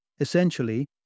Essentially